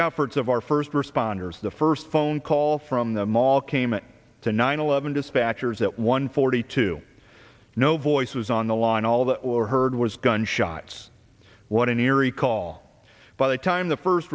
efforts of our first responders the first phone call from the mall came to nine eleven dispatchers at one forty two no voices on the line all that or heard was gunshots what an eerie call by the time the first